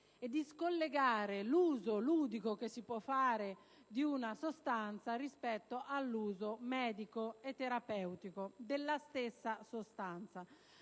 e scollegare l'uso ludico che si può fare di una sostanza rispetto all'uso medico e terapeutico della stessa.